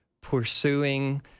pursuing